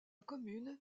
commune